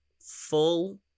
full